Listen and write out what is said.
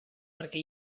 perquè